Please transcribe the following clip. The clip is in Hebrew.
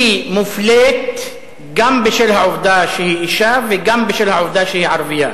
היא מופלית גם בשל העובדה שהיא אשה וגם בשל העובדה שהיא ערבייה.